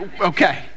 Okay